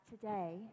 today